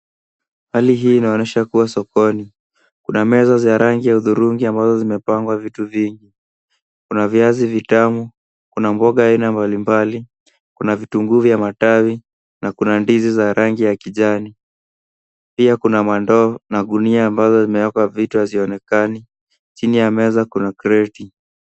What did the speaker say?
Hali hii inaonyesha kuwa sokoni. Kuna meza za rangi ya hudhurungi ambazo zimepangwa vitu vingi. Kuna viazi vitamu, kuna mboga aina mbalimbali, kuna vitunguu vya matawi, na kuna ndizi za rangi ya kijani. Pia kuna mandoo na gunia ambazo zimewekwa vitu hazionekani. Chini ya meza kuna kreti.